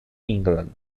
england